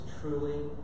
truly